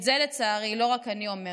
את זה, לצערי, לא רק אני אומרת,